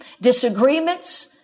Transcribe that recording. disagreements